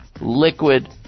Liquid